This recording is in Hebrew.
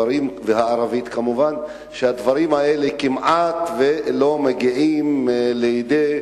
והערבית, כמובן, והם כמעט לא מגיעים לידי תלונה.